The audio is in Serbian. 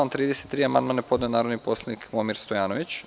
Na član 33. amandman je podneo narodni poslanik Momir Stojanović.